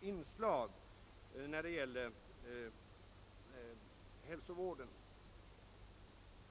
inslag när det gäller hälsovården.